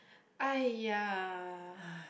!aiya!